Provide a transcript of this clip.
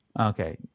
Okay